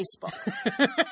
Facebook